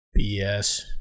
BS